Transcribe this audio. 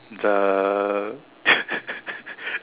the